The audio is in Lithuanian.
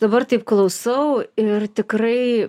dabar taip klausau ir tikrai